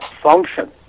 function